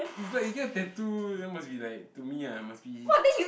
is like you get tattoo you must be like to me lah you must be